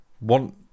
want